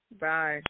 Bye